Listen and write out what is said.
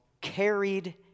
carried